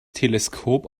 teleskop